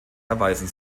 erweisen